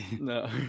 No